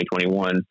2021